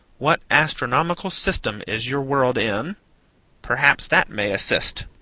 what astronomical system is your world in perhaps that may assist.